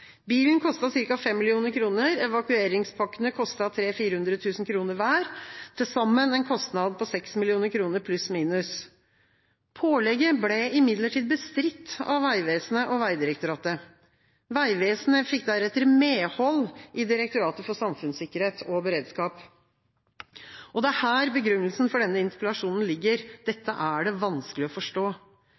Bilen kostet ca. 5 mill. kr. Evakueringspakkene kostet 300 000–400 000 kr hver, til sammen en kostnad på 6 mill. kr, pluss-minus. Pålegget ble imidlertid bestridt av Vegvesenet og Vegdirektoratet. Vegvesenet fikk deretter medhold i Direktoratet for samfunnssikkerhet og beredskap. Det er her begrunnelsen for denne interpellasjonen ligger. Dette er det vanskelig å forstå.